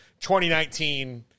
2019